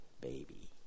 baby